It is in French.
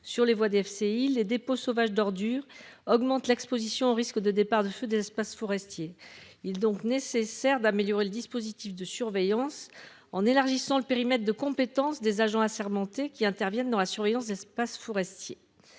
sur les voies, DFCI les dépôts sauvages d'ordures augmentent l'Exposition au risque de départs de feux d'espaces forestiers il donc nécessaire d'améliorer le dispositif de surveillance en élargissant le périmètre de compétence des agents assermentés qui interviennent dans la surveillance espaces forestiers.